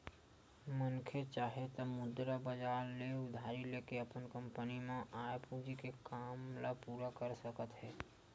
मनखे चाहे त मुद्रा बजार ले उधारी लेके अपन कंपनी म आय पूंजी के काम ल पूरा कर सकत हे